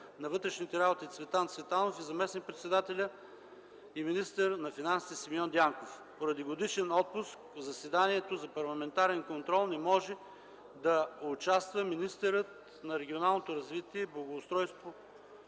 на вътрешните работи Цветан Цветанов, и заместник министър-председателят и министър на финансите Симеон Дянков. Поради годишен отпуск, в заседанието за парламентарен контрол не може да участва министърът на регионалното развитие и благоустройството